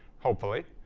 hopefully.